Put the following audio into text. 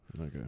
Okay